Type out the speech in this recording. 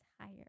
higher